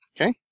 Okay